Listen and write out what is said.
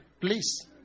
please